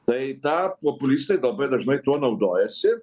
tai tą populistai labai dažnai tuo naudojasi